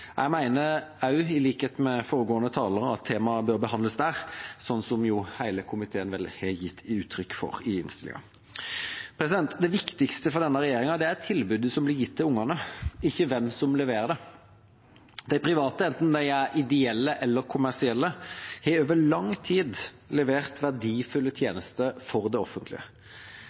Jeg mener også, i likhet med foregående taler, at temaet bør behandles der, noe hele komiteen vel har gitt uttrykk for i innstillinga. Det viktigste for denne regjeringa er tilbudet som blir gitt til ungene, ikke hvem som leverer det. De private, enten det er ideelle eller kommersielle, har over lang tid levert verdifulle tjenester for det offentlige.